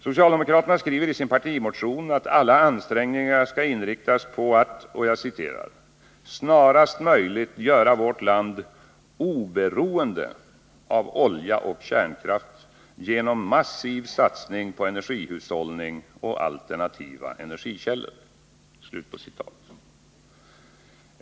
Socialdemokraterna skriver i sin partimotion att alla ansträngningar skall inriktas på att ”snarast möjligt göra vårt land oberoende av både olja och kärnkraft genom en massiv satsning på energihushållning och alternativa energikällor”.